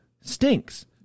stinks